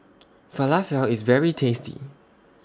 Falafel IS very tasty